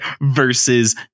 versus